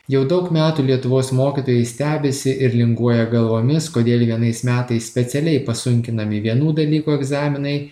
jau daug metų lietuvos mokytojai stebisi ir linguoja galvomis kodėl vienais metais specialiai pasunkinami vienų dalykų egzaminai